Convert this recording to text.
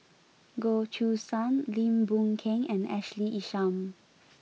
Goh Choo San Lim Boon Keng and Ashley Isham